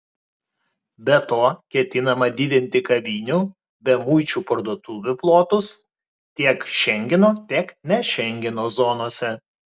be to ketinama didinti kavinių bemuičių parduotuvių plotus tiek šengeno tiek ne šengeno zonose